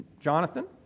Jonathan